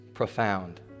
Profound